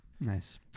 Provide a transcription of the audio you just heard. Nice